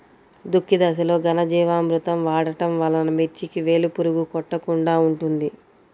దుక్కి దశలో ఘనజీవామృతం వాడటం వలన మిర్చికి వేలు పురుగు కొట్టకుండా ఉంటుంది?